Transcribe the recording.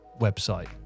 website